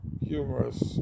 humorous